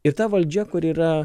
ir ta valdžia kur yra